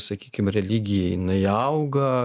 sakykim religija jinai auga